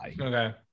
okay